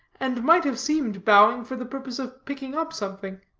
and might have seemed bowing for the purpose of picking up something,